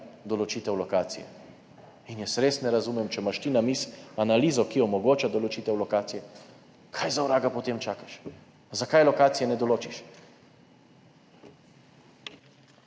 določitev lokacije. Jaz res ne razumem, če imaš ti na mizi analizo, ki omogoča določitev lokacije, kaj za vraga potem čakaš, zakaj ne določiš